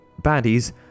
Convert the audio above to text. baddies